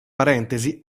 parentesi